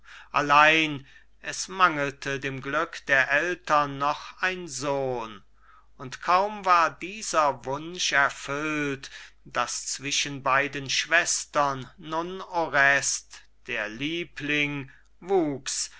allein es mangelte dem glück der eltern noch ein sohn und kaum war dieser wunsch erfüllt daß zwischen beiden schwestern nun orest der liebling wuchs